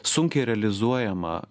sunkiai realizuojama